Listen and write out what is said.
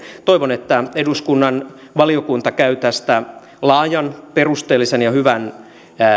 toivon että eduskunnan valiokunta käy tästä laajan perusteellisen ja hyvän